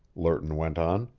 lerton went on.